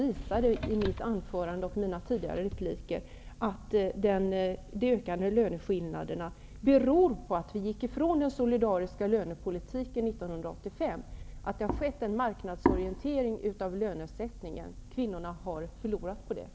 I mitt anförande och i mina tidigare repliker har jag bara visat på att de ökade löneskillnaderna beror på att vi gick ifrån den solidariska lönepolitiken 1985, att det har skett en marknadsorientering av lönesättningen. Kvinnorna har förlorat på detta.